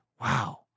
wow